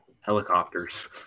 helicopters